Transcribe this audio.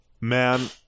Man